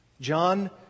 John